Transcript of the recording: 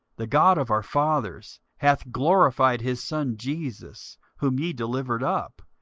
the god of our fathers, hath glorified his son jesus whom ye delivered up,